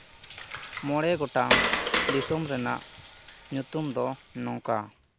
ᱢᱚᱬᱮ ᱜᱚᱴᱟᱝ ᱫᱤᱥᱚᱢ ᱨᱮᱱᱟᱜ ᱧᱩᱛᱩᱢ ᱫᱚ ᱱᱚᱝᱠᱟ